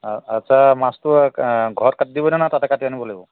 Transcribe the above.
আচ্চা মাছটো ঘৰত কাটি দিব নে তাতে কাটি আনিব লাগিব